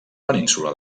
península